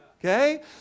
okay